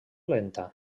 lenta